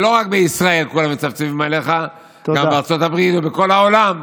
לא רק בישראל כולם מצפצפים עליך אלא גם בארצות הברית ובכל העולם.